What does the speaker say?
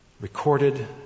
recorded